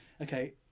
Okay